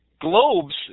globes